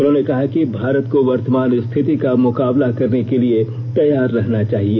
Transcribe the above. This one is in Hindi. उन्होंने कहा कि भारत को वर्तमान स्थिति का मुकाबला करने के लिए तैयार रहना चाहिए